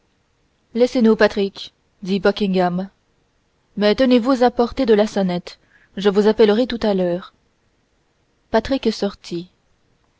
laissez-nous patrick dit buckingham mais tenez-vous à portée de la sonnette je vous appellerai tout à l'heure patrick sortit